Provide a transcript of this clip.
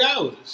hours